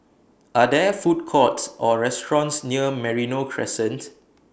Are There Food Courts Or restaurants near Merino Crescent